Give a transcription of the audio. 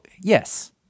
yes